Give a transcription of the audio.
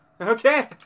Okay